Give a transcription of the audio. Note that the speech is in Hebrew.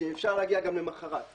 שאפשר להגיע גם למחרת.